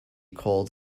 called